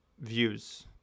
views